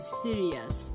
serious